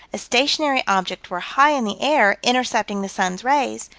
a stationary object were high in the air, intercepting the sun's rays,